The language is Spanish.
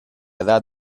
edad